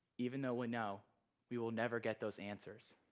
even though we know we will never get those answers.